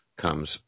comes